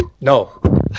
No